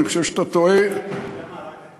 אני חושב שאתה טועה, זו רק הדגמה קטנה.